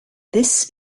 this